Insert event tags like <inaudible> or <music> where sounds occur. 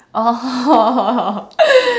oh <laughs>